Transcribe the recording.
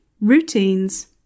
routines